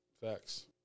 Facts